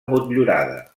motllurada